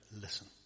listen